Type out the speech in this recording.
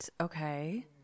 Okay